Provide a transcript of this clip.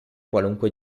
qualunque